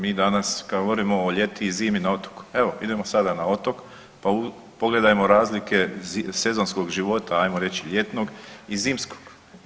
Mi danas kad govorimo o ljeti i zimi na otoku, evo idemo sada na otok, pa pogledajmo razlike sezonskog života ajmo reći ljetnog i zimskog.